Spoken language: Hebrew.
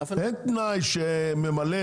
אין תנאי שממלא,